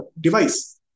device